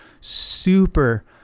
super